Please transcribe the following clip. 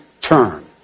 turn